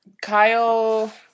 Kyle